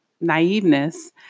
naiveness